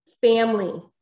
family